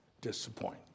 disappoint